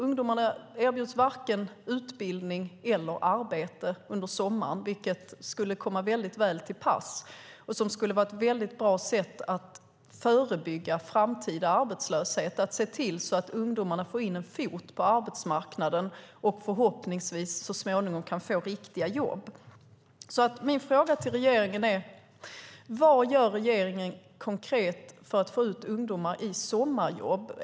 Ungdomarna erbjuds varken utbildning eller arbete under sommaren, vilket skulle komma väl till pass och vara ett bra sätt att förebygga framtida arbetslöshet, att se till att ungdomarna får in en fot på arbetsmarknaden och förhoppningsvis så småningom får riktiga jobb. Vad gör regeringen konkret för att få ut ungdomar i sommarjobb?